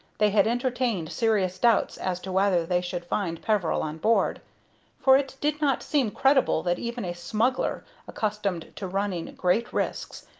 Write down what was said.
they had entertained serious doubts as to whether they should find peveril on board for it did not seem credible that even a smuggler, accustomed to running great risks,